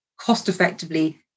cost-effectively